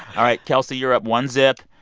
all right, kelsey. you're up one zip.